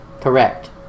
Correct